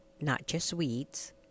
NotJustWeeds